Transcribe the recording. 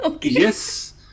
Yes